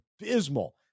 abysmal